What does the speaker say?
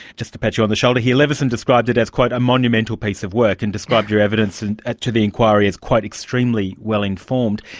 just to pat you on the shoulder here, leveson described it as quite a monumental piece of work and described your evidence and to the inquiry as quite extremely well informed.